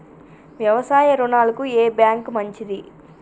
వ్యవసాయ రుణాలకు ఏ బ్యాంక్ మంచిది?